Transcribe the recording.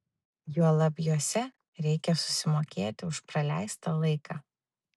juolab juose reikia susimokėti už praleistą laiką